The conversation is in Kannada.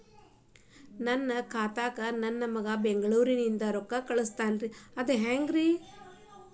ನನ್ನ ಖಾತಾಕ್ಕ ನನ್ನ ಮಗಾ ಬೆಂಗಳೂರನಿಂದ ರೊಕ್ಕ ಕಳಸ್ತಾನ್ರಿ ಅದ ಹೆಂಗ್ರಿ?